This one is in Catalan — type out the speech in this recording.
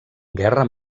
guerra